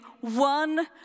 one